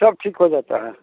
सब ठीक हो जाता है